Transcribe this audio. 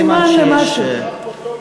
סימן שיש, סימן למשהו.